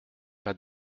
pas